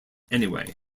anyway